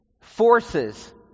forces